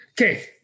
Okay